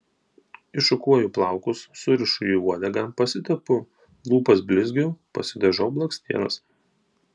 iššukuoju plaukus surišu į uodegą pasitepu lūpas blizgiu pasidažau blakstienas